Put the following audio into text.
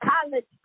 college